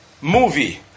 movie